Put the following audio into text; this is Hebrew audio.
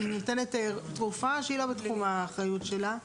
אם ניתנת תרופה שלא בתחום האחריות שלה,